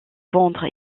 vendre